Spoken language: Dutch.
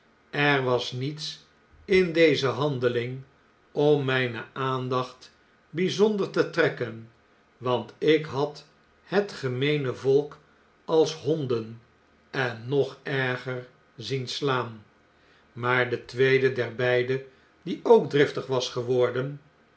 er was niets in deze handeling om mjjne aandacht bjjzonder te trekken want ik had het gemeene volk als honden en nog erger zien slaan maar de tweede der beide die ook driftig was geworden